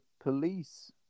police